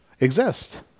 exist